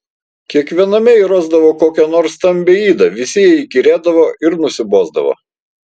kiekviename ji rasdavo kokią nors stambią ydą visi jai įkyrėdavo ir nusibosdavo